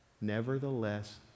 nevertheless